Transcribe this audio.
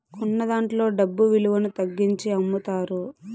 కొన్నదాంట్లో డబ్బు విలువను తగ్గించి అమ్ముతారు